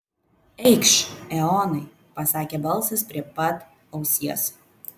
eikš eonai pasakė balsas prie pat ausies